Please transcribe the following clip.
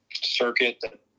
circuit